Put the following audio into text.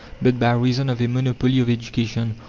but by reason of a monopoly of education,